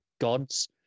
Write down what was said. gods